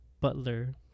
butler